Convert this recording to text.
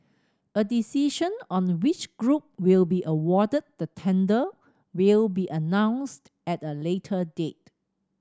a decision on which group will be awarded the tender will be announced at a later date